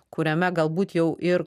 kuriame galbūt jau ir